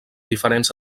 diferents